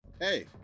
Hey